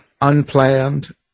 unplanned